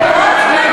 מקורות,